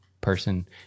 person